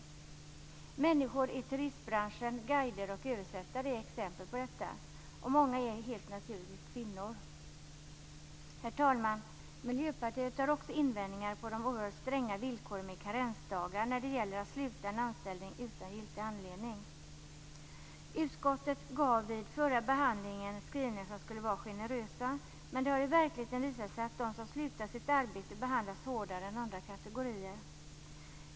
Det gäller t.ex. människor i turistbranschen, guider och översättare. Många av dem är, helt naturligt, kvinnor. Herr talman! Miljöpartiet har också invändningar när det gäller de oerhört stränga villkoren med karensdagar när man slutar en anställning utan giltig anledning. Utskottet gjorde vid förra behandlingen skrivningar som skulle vara generösa, men det har i verkligheten visat sig att de som har slutat sitt arbete behandlas hårdare än andra kategorier.